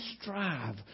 strive